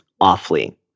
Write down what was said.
Awfully